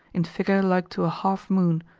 in figure like to a half-moon,